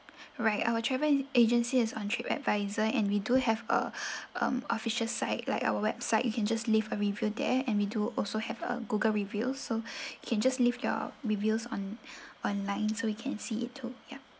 right our travel agency is on trip advisor and we do have a um official site like our website you can just leave a review there and we do also have a google review so can just leave your reviews on online so we can see it too yup